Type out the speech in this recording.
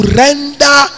render